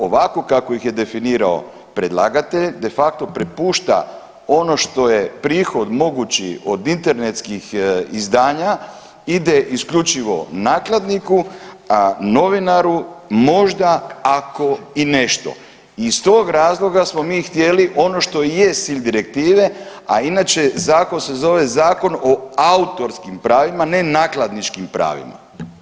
Ovako kako ih je definirao predlagatelj, de facto prepušta ono što je prihod mogući od internetskih izdanja, ide isključivo nakladniku, a novinaru, možda, ako i nešto i iz tog razloga smo mi htjeli ono što jest cilj Direktive, a inače, zakon se zove Zakon o autorskim pravima, ne nakladničkim pravima.